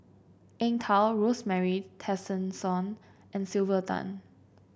Eng Tow Rosemary Tessensohn and Sylvia Tan